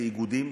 זה איגודים.